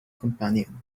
companion